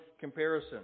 comparison